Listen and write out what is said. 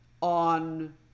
on